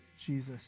Jesus